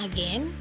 Again